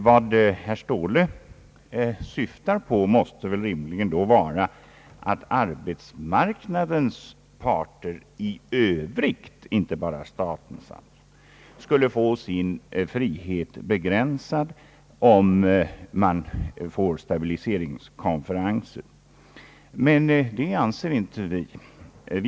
Vad herr Ståhle syftar på måste rimligen vara att arbetsmarknadens parter i övrigt — alltså inte bara den statliga sektorn — skulle få sin frihet begränsad om man börjar med sådana här stabiliseringskonferenser. Men så ser inte vi saken.